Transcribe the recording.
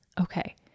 Okay